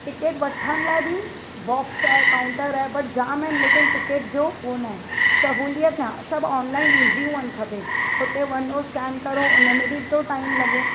ticket वठण लाइ बि बॉक्स ऐं काउंटर आहे बट जाम आहिनि लेकिनि टिकेट जो हुओ न आहे सहुलियत न सभु ऑनलाइन ईज़ी हुअणु खपे हुते वञो स्केन करो हुन में बि थो टाइम लॻे